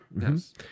Yes